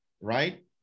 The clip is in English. right